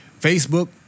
Facebook